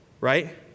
right